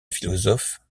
philosophe